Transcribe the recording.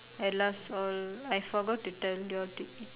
at last all I forgot to tell y'all to eat